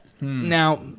Now